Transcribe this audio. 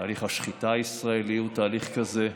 תהליך השחיטה הישראלי הוא תהליך כזה,